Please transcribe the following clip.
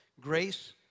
grace